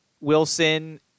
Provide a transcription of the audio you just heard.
Wilson